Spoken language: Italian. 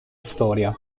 storia